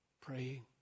praying